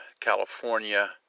California